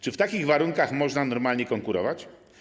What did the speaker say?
Czy w takich warunkach można normalnie konkurować?